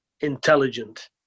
intelligent